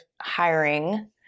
hiring